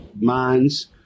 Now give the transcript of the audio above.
minds